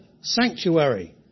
sanctuary